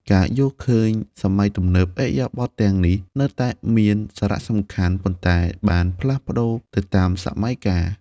ក្នុងការយល់ឃើញសម័យទំនើប ឥរិយាបថទាំងនេះនៅតែមានសារៈសំខាន់ ប៉ុន្តែបានផ្លាស់ប្តូរទៅតាមសម័យកាល។